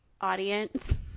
audience